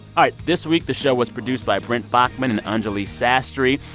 right. this week, the show was produced by brent baughman and anjuli sastry.